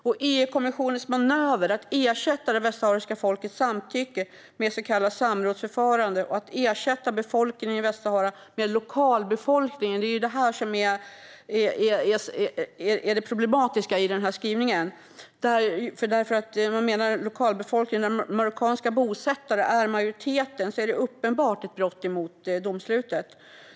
EU-kommissionens manöver om att ersätta det västsahariska folkets samtycke med ett så kallat samrådsförfarande och att i stället för befolkningen i Västsahara med tala om lokalbefolkningen är det problematiska i skrivningen. Eftersom marockanska bosättare utgör en majoritet av lokalbefolkningen är detta uppenbart ett brott mot domslutet.